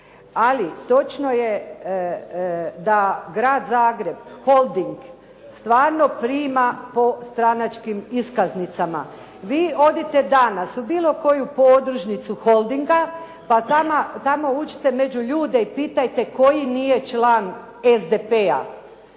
Ali točno je da grad Zagreb, holding stvarno prima po stranačkim iskaznicama. Vi odite danas u bilo koju podružnicu holdinga pa tamo uđite među ljude i pitajte koji nije član SPD-a.